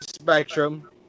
spectrum